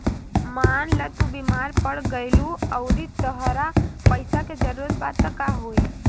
मान ल तू बीमार पड़ गइलू अउरी तहरा पइसा के जरूरत बा त का होइ